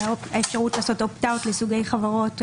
והאפשרות לעשות אופט-אאוט לסוגי חברות,